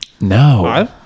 No